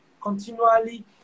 continually